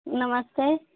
नमस्ते